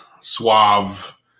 suave